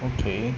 okay